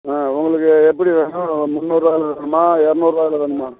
ஆ உங்களுக்கு எப்படி வேணும் முன்னூறுரூவாயில வேணுமா இரநூறுவாயில வேணுமா